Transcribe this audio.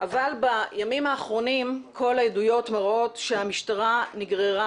אבל בימים האחרונים כל העדויות מראות שהמשטרה נגררה